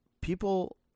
people